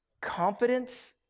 Confidence